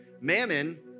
Mammon